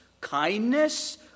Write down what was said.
kindness